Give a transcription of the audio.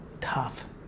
tough